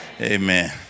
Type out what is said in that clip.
Amen